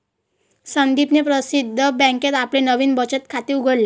संदीपने प्रसिद्ध बँकेत आपले नवीन बचत खाते उघडले